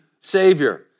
Savior